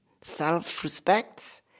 self-respect